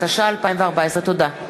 התשע"ה 2014. תודה.